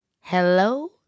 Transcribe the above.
Hello